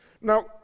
Now